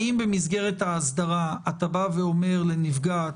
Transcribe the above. האם במסגרת ההסדרה אתה אומר לנפגעת,